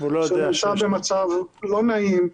שהוא נמצא במצב לא נעים,